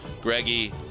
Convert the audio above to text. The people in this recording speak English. Greggy